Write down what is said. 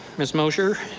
ms. mosher,